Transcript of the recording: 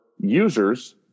users